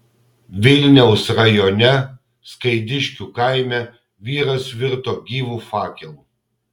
vilniaus rajone skaidiškių kaime vyras virto gyvu fakelu